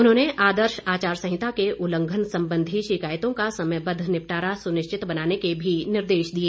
उन्होंने आदर्श आचार संहिता के उल्लंघन संबंधी शिकायतों का समयबद्ध निपटारा सुनिश्चित बनाने के भी निर्देश दिए